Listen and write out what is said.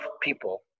people